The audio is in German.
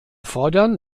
fordern